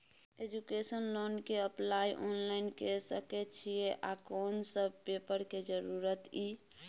Education loan के apply online के सके छिए आ कोन सब पेपर के जरूरत इ?